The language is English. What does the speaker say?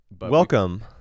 Welcome